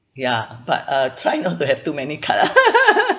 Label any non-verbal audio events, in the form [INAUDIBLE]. ya but uh try not to have too many card ah [LAUGHS]